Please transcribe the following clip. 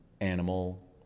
animal